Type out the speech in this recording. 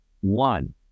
one